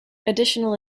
additional